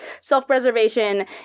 self-preservation